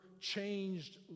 changed